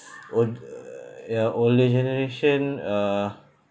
old~ err ya older generation uh